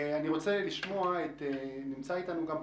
נמצא אתנו פרופ'